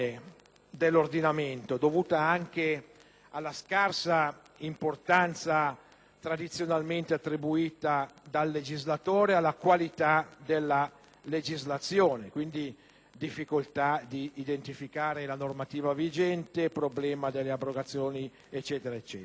dell'ordinamento, dovuti anche alla scarsa importanza tradizionalmente attribuita dal legislatore alla qualità della legislazione, con la conseguente difficoltà di identificare la normativa vigente anche in relazione alle